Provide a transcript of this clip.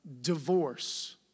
divorce